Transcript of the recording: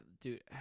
Dude